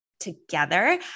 Together